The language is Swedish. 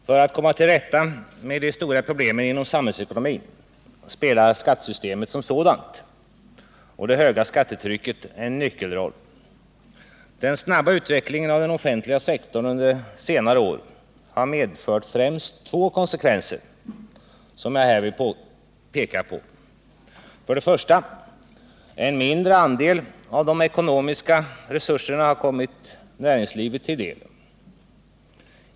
Herr talman! För att komma till rätta med de stora problemen inom samhällsekonomin har skattesystemet som sådant och det höga skattetrycket en nyckelroll. Den snabba utvecklingen av den offentliga sektorn under senare år har medfört främst två konsekvenser, vilka jag här vill peka på. För det första har en mindre andel av de ekonomiska resurserna kommit näringslivet till del.